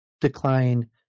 decline